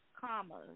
commas